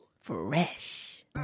fresh